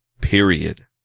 Period